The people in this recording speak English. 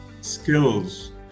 skills